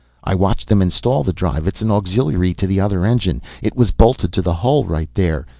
i watched them install the drive it's an auxiliary to the other engines. it was bolted to the hull right there.